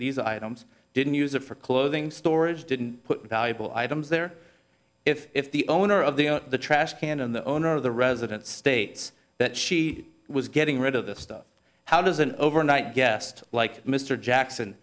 these items didn't use it for clothing storage didn't put valuable items there if the owner of the the trash can and the owner of the resident states that she was getting rid of this stuff how does an overnight guest like mr jackson